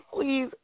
please